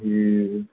ٹھیٖک